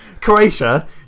Croatia